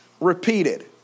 repeated